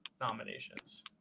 nominations